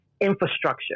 infrastructure